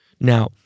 Now